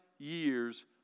years